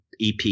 EP